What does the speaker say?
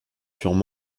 furent